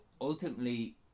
ultimately